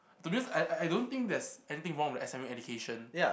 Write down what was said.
to be honest I I I don't think there's anything wrong with S_M_U education